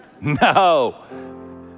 No